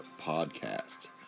podcast